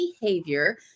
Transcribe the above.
behavior